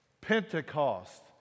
Pentecost